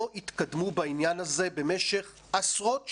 לא התקדמו בעניין הזה במשך עשרות שנים,